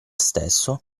stesso